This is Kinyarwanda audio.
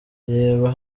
reba